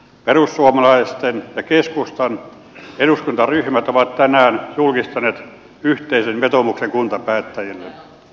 perussuomalaisten ja keskustan eduskuntaryhmät ovat tänään julkistaneet yhteisen vetoomuksen kuntapäättäjille